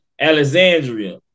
Alexandria